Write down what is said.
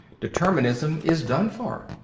determinism is done for.